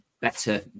better